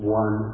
one